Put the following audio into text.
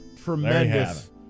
Tremendous